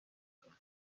کنم